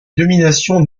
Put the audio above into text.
domination